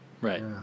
Right